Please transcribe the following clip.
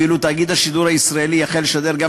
ואילו תאגיד השידור הישראלי יחל לשדר גם